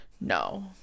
no